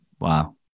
Wow